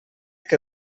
que